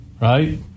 Right